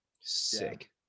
Sick